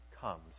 comes